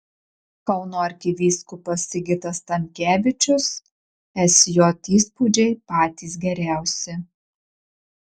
kauno arkivyskupas sigitas tamkevičius sj įspūdžiai patys geriausi